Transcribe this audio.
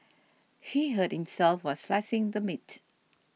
he hurt himself while slicing the meat